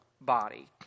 body